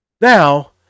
Now